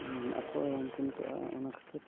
ᱟᱠᱚ ᱩᱱᱠᱩ ᱱᱤᱛᱚᱜ ᱚᱱᱟ ᱠᱷᱟᱹᱛᱤᱨ